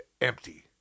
empty